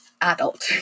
adult